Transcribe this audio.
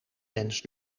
wens